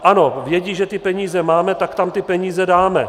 Ano, vědí, že ty peníze máme, tak tam ty peníze dáme.